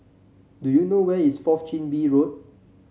do you know where is Fourth Chin Bee Road